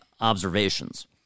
observations